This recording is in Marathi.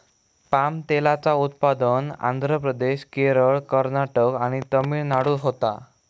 पाम तेलाचा उत्पादन आंध्र प्रदेश, केरळ, कर्नाटक आणि तमिळनाडूत होता